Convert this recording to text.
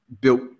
built